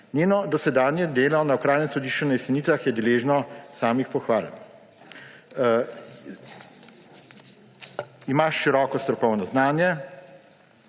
Njeno dosedanje delo na Okrajnem sodišču na Jesenicah je deležno samih pohval. Ima široko strokovno znanje